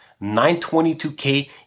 922K